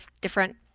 different